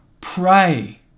pray